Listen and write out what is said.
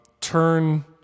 turn